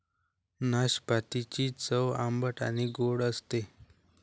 नाशपातीची चव आंबट आणि गोड असते